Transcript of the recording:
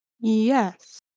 yes